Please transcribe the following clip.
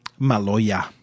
Maloya